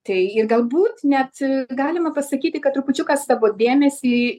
tai ir galbūt net galima pasakyti kad trupučiuką savo dėmesį